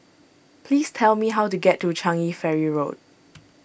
please tell me how to get to Changi Ferry Road